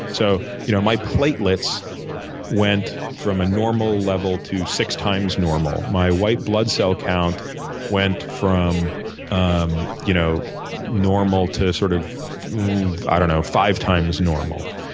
so you know my platelets went from a normal level to six times normal. my white blood cell count went from um you know normal to sort of i don't know five times normal.